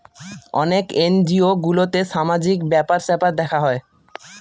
অনেক এনজিও গুলোতে সামাজিক ব্যাপার স্যাপার দেখা হয়